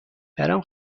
برام